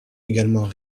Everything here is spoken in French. également